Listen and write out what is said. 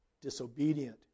disobedient